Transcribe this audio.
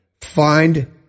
find